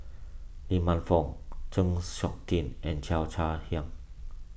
Lee Man Fong Chng Seok Tin and Cheo Chai Hiang